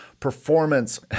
Performance